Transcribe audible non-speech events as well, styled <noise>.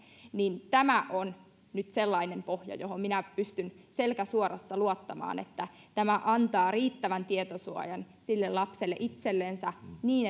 on nyt sellainen pohja johon minä pystyn selkä suorassa luottamaan että tämä antaa riittävän tietosuojan sille lapselle itsellensä niin <unintelligible>